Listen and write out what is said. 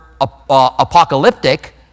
apocalyptic